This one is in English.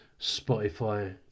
Spotify